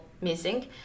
missing